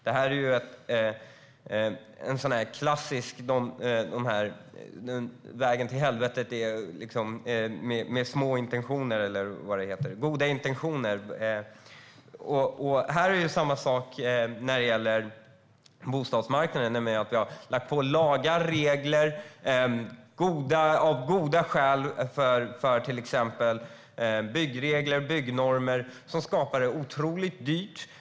Det här är liksom ett klassiskt exempel på hur vägen till helvetet är kantad av goda intentioner. Vi har lagt på lagar, regler och byggnormer på bostadsmarknaden, av goda skäl, och det har blivit otroligt dyrt.